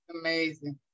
Amazing